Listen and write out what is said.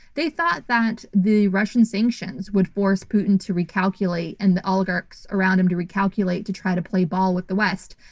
they thought that the russian sanctions would force putin to recalculate and the oligarchs around him to recalculate, to try to play ball with the west.